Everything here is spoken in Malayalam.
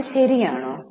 അത് ശരിയാണോ